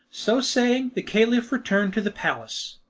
so saying the caliph returned to the palace.